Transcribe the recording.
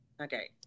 Okay